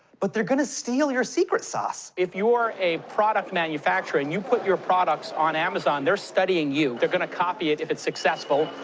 but they're gonna steal your secret sauce. if you're a product manufacturer and you put your products on amazon, they're studying you, they're gonna copy it if it's successful.